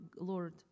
Lord